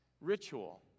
ritual